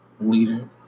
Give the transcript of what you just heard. leader